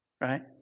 right